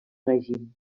règim